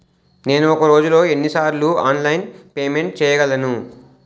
నేను ఒక రోజులో ఎన్ని సార్లు ఆన్లైన్ పేమెంట్ చేయగలను?